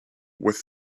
with